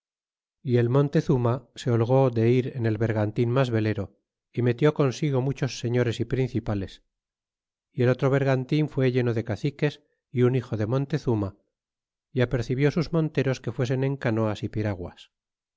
y el montezuma se holgó de ir en el vergantin mas velero y metió consigo muchos señores y principales y el otro veigantin fue lleno de caciques y un hijo de montezurna y apercibió sus monteros que fuesen en canoas y piraguas